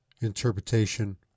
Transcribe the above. interpretation